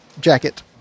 jacket